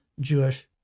Jewish